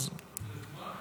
רוצה לשמוע?